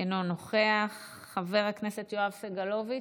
אינו נוכח, חבר הכנסת יואב סגלוביץ'